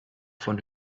von